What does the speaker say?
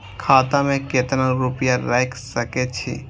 खाता में केतना रूपया रैख सके छी?